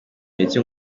mike